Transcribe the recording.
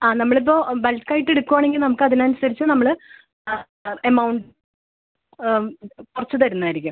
ആ നമ്മൾ ഇപ്പോൾ ബൾക്കായിട്ട് എടുക്കുവാണെങ്കിൽ നമുക്ക് അതിനനുസരിച്ച് നമ്മള് ആ ആ എമൗണ്ട് കുറച്ച് തരുന്നതായിരിക്കും